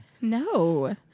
No